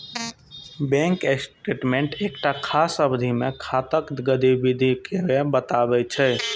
bank statement एकटा खास अवधि मे खाताक गतिविधि कें बतबै छै